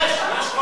יש,